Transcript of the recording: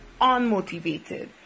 unmotivated